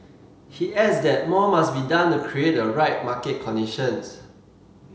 he adds that more must be done to create the right market conditions